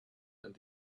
and